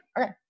Okay